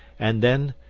and then,